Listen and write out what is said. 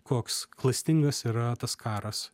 koks klastingas yra tas karas